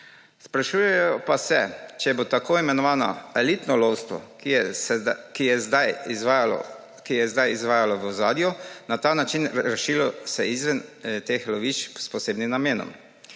Sprašujejo pa se, ali se bo tako imenovano elitno lovstvo, ki se je zdaj izvajalo v ozadju, na ta način vršilo izven teh lovišč s posebnim namenom.